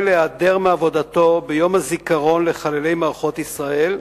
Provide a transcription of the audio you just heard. להיעדר מעבודתו ביום הזיכרון לחללי מערכות ישראל,